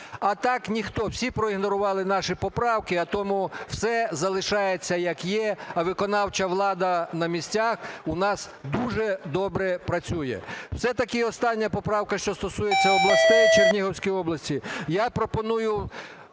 А так ніхто, всі проігнорували наші поправки. А тому все залишається як є. А виконавча влада на місцях у нас дуже добре працює. Це таки остання поправка, що стосується областей, Чернігівської області.